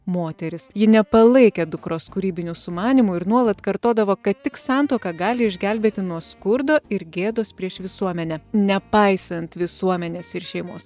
moteris ji nepalaikė dukros kūrybinių sumanymų ir nuolat kartodavo kad tik santuoka gali išgelbėti nuo skurdo ir gėdos prieš visuomenę nepaisant visuomenės ir šeimos